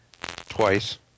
Twice